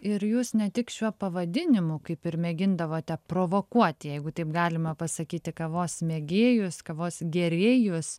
ir jūs ne tik šiuo pavadinimu kaip ir mėgindavote provokuoti jeigu taip galima pasakyti kavos mėgėjus kavos gėrėjus